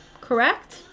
Correct